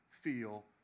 feel